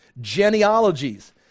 genealogies